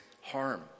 harm